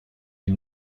ihm